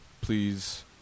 Please